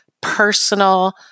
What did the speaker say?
personal